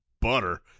butter